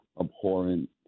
abhorrent